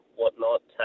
whatnot